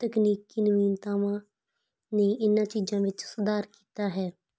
ਤਕਨੀਕੀ ਨਵੀਨਤਾਵਾਂ ਨੇ ਇਹਨਾਂ ਚੀਜ਼ਾਂ ਵਿੱਚ ਸੁਧਾਰ ਕੀਤਾ ਹੈ